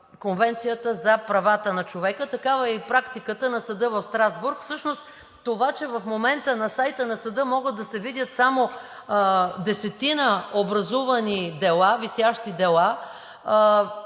Конвенцията за правата на човека. Такава е и практиката на Съда в Страсбург. Всъщност това, че в момента на сайта на Съда могат да се видят само десетина образувани висящи дела